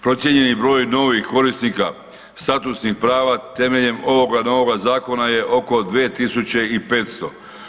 Procijenjeni broj novih korisnika statusnih prava temeljem ovoga novoga zakona je oko 2500.